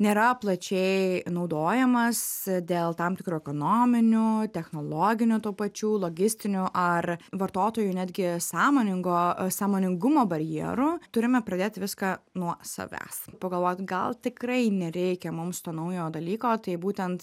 nėra plačiai naudojamas dėl tam tikrų ekonominių technologinių tų pačių logistinių ar vartotojų netgi sąmoningo sąmoningumo barjerų turime pradėt viską nuo savęs pagalvot gal tikrai nereikia mums to naujo dalyko tai būtent